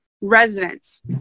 residents